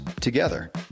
together